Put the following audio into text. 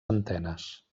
antenes